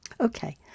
Okay